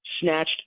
snatched